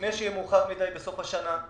לפני שיהיה מאוחר מדי בסוף השנה.